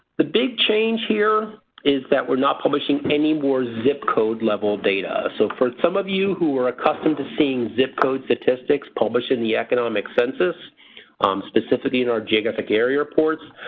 the big change here is that we're not publishing any more zip code level data. so for some of you who were accustomed to seeing zip code statistics published in the economic census specifically in our geographic area reports,